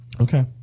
Okay